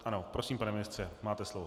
Ano, prosím, pane ministře, máte slovo.